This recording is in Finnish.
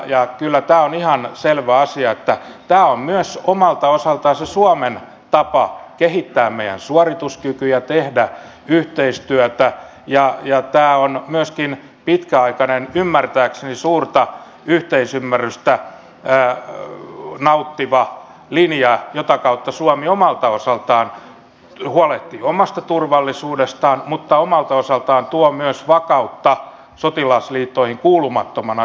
kyllä tämä on ihan selvä asia että tämä on omalta osaltaan myös se suomen tapa kehittää meidän suorituskykyämme tehdä yhteistyötä ja tämä on myöskin pitkäaikainen ymmärtääkseni suurta yhteisymmärrystä nauttiva linja jonka kautta suomi omalta osaltaan huolehtii omasta turvallisuudestaan mutta tuo omalta osaltaan myös vakautta sotilasliittoihin kuulumattomana yhteistyöllä tällä alueella